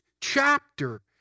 chapter